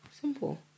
Simple